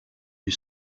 you